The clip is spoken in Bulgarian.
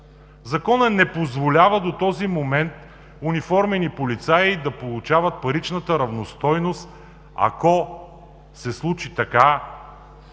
Законът не позволява до този момент униформени полицаи да получават паричната равностойност, ако се случи така,